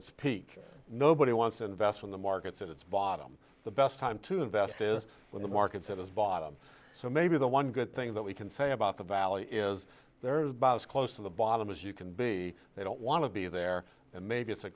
its peak nobody wants to invest in the markets at its bottom the best time to invest is when the market sort of bottom so maybe the one good thing that we can say about the valley is there is about as close to the bottom as you can be they don't want to be there and maybe it's a